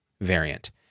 variant